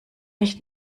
nicht